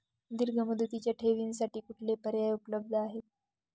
दीर्घ मुदतीच्या ठेवींसाठी कुठले पर्याय उपलब्ध आहेत?